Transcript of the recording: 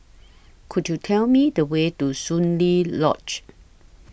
Could YOU Tell Me The Way to Soon Lee Lodge